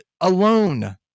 alone